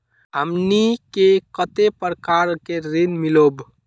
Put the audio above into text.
हमनी के कते प्रकार के ऋण मीलोब?